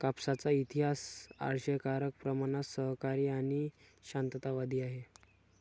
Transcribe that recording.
कापसाचा इतिहास आश्चर्यकारक प्रमाणात सहकारी आणि शांततावादी आहे